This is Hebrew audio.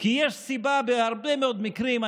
כי יש סיבה בהרבה מאוד מקרים.